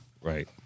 Right